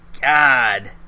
god